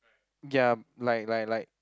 ya like like like